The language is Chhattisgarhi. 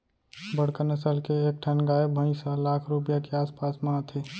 बड़का नसल के एक ठन गाय भईंस ह लाख रूपया के आस पास म आथे